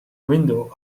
window